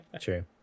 True